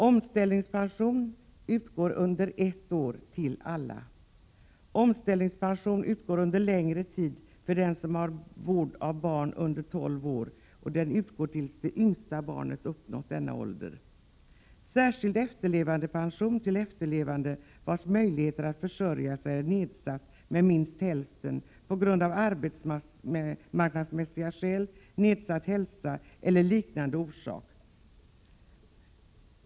Omställningspension utgår under ett år till alla. Omställningspension utgår under längre tid för den som har vård av barn under 12 år och utgår tills det yngsta barnet uppnått denna ålder. Särskild efterlevandepension utgår till efterlevande, vars möjlighet att försörja sig är nedsatt med minst hälften av arbetsmarknadsmässiga skäl, på grund av nedsatt hälsa eller av liknande orsaker.